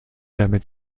damit